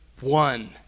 one